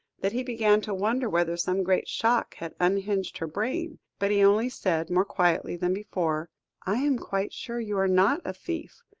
that he began to wonder whether some great shock had unhinged her brain, but he only said, more quietly than before i am quite sure you are not a thief.